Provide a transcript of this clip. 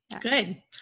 Good